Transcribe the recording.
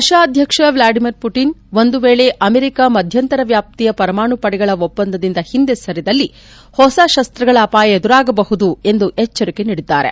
ರಷ್ಯಾದ ಅಧ್ಯಕ್ಷ Vladimir Putin ಅವರು ಒಂದು ವೇಳೆ ಅಮೆರಿಕ ಮಧ್ಯಂತರ ವ್ಯಾಪ್ತಿಯ ಪರಮಾಣು ಪಡೆಗಳ ಒಪ್ಪಂದದಿಂದ ಹಿಂದೆ ಸರಿದಲ್ಲಿ ಹೊಸ ಶಸ್ತ್ರಗಳ ಅಪಾಯ ಎದುರಾಗಬಹುದು ಎಂದು ಎಚ್ಚರಿಕೆ ನೀಡಿದ್ದಾರೆ